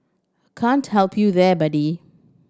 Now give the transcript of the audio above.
can't help you there buddy